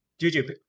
Juju